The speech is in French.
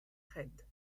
reds